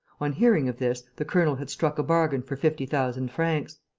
on hearing of this, the colonel had struck a bargain for fifty thousand francs.